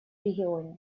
регионе